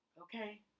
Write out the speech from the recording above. Okay